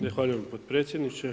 Zahvaljujem potpredsjedniče.